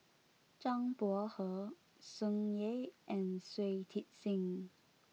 Zhang Bohe Tsung Yeh and Shui Tit Sing